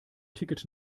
ticket